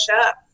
up